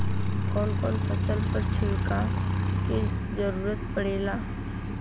कवन कवन फसल पर छिड़काव के जरूरत पड़ेला?